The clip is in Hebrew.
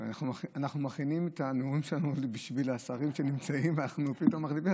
אנחנו מכינים את הנאומים שלנו בשביל השרים שנמצאים ופתאום מחליפים,